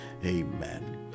Amen